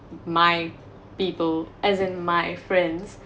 my people as in my friends